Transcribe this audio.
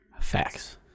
facts